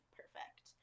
perfect